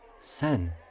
Sen